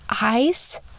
eyes